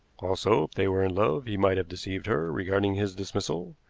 also, if they were in love, he might have deceived her regarding his dismissal,